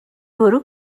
bwrw